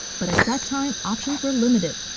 but at that time, options were limited.